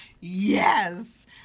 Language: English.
yes